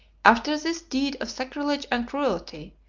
after this deed of sacrilege and cruelty,